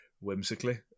whimsically